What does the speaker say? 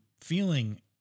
feeling